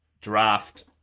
draft